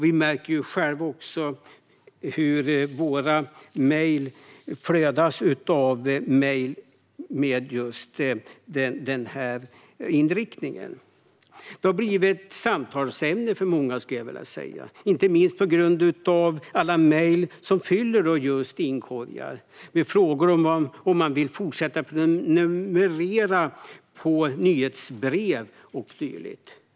Vi märker själva hur våra inkorgar flödar över av mejl med den inriktningen. Det har blivit ett samtalsämne för många. Det är inte minst på grund av alla mejl som fyller inkorgar med frågor om man vill fortsätta prenumerera på nyhetsbrev och dylikt.